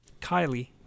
Kylie